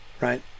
right